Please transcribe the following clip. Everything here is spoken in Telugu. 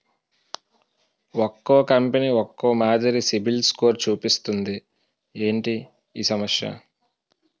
ఒక్కో కంపెనీ ఒక్కో మాదిరి సిబిల్ స్కోర్ చూపిస్తుంది ఏంటి ఈ సమస్య?